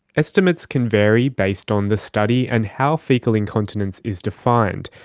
estimates can vary based on the study and how faecal incontinence is defined,